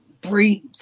breathe